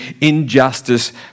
injustice